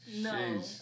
No